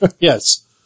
yes